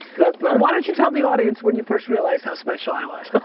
why don't you tell the audience when you first realized how special i was.